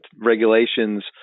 regulations